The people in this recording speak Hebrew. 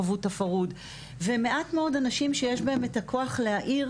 חוו את הפרהוד ומעט מאוד אנשים שיש להם את הכוח להאיר,